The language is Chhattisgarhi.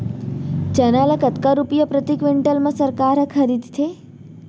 चना ल कतका रुपिया प्रति क्विंटल म सरकार ह खरीदथे?